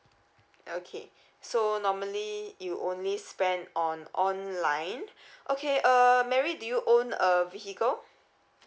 okay so normally you only spend on online okay uh mary do you own a vehicle